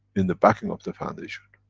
in the backing of the foundation.